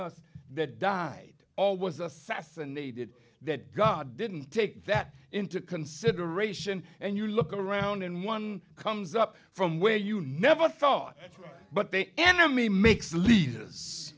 us that died all was assassinated that god didn't take that into consideration and you look around and one comes up from where you never thought but they enemy makes leaders